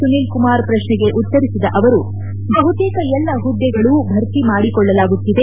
ಸುನೀಲ್ ಕುಮಾರ್ ಪ್ರಶ್ನೆಗೆ ಉತ್ತರಿಸಿದ ಅವರು ಬಹುತೇಕ ಎಲ್ಲಾ ಹುದ್ದೆಗಳು ಭರ್ತಿ ಮಾಡಿಕೊಳ್ಳಲಾಗುತ್ತಿದೆ